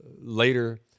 later